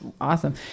awesome